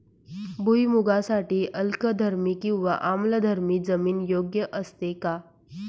भुईमूगासाठी अल्कधर्मी किंवा आम्लधर्मी जमीन योग्य असते का?